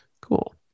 Cool